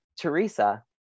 Teresa